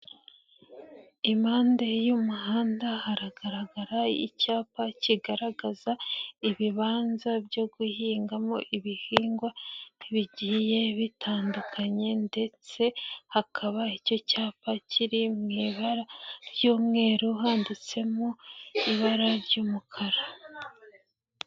Impande y'umuhanda haragaragara icyapa kigaragaza ibibanza byo guhingamo ibihingwa bigiye bitandukanye ndetse hakaba icyo cyapa kiri mu ibara ry'umweru handitsemo ibara ry'umukara.